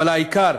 אבל העיקר,